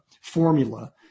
formula